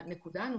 למה זה לא